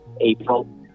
April